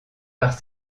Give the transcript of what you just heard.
par